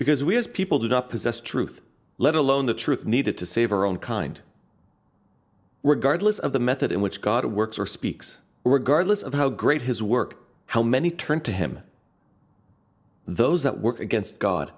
because we as people did up possess truth let alone the truth needed to save our own kind regardless of the method in which god works or speaks regardless of how great his work how many turn to him those that work against god